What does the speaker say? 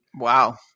Wow